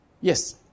Yes